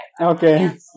Okay